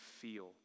feel